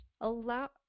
Allow